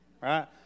right